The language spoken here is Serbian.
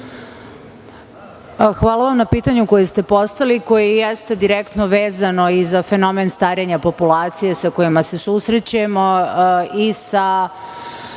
Hvala vam na pitanju koje ste postavili, koje jeste direktno vezano i za fenomen starenja populacije sa kojim se susrećemo i sa